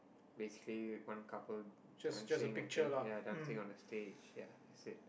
basically one couple dancing I think ya dancing on the stage ya that's it